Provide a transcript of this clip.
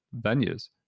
venues